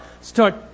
Start